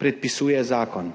predpisuje zakon.